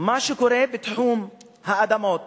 מה שקורה בתחום האדמות